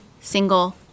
Single